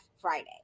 Friday